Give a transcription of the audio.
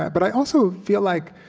but i also feel like